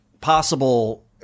possible